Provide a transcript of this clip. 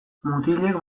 mutilek